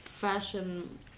Fashion